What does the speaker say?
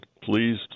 Please